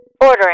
Ordering